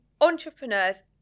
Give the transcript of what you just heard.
entrepreneurs